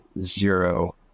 zero